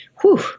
whew